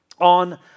on